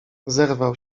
zerwał